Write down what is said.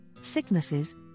sicknesses